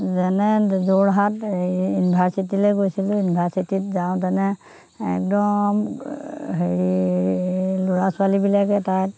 যেনে যোৰহাট ইউনিভাৰ্চিটিলে গৈছিলোঁ ইউনিভাৰ্চিটিত যাওঁ তেনে একদম হেৰি ল'ৰা ছোৱালীবিলাকে তাত